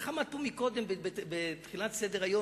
אמר ניצן הורוביץ בתחילת סדר-היום: